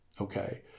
okay